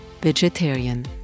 Vegetarian